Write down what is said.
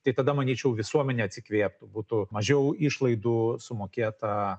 tai tada manyčiau visuomenė atsikvėptų būtų mažiau išlaidų sumokėta